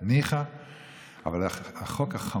ציבורית"; זה עלבון לדמוקרטיה וזה מתוך צורך